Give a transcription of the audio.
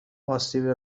آسیب